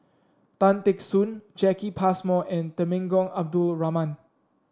Tan Teck Soon Jacki Passmore and Temenggong Abdul Rahman